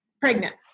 pregnant